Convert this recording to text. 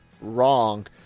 wrong